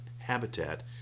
Habitat